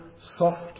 soft